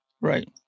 Right